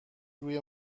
روی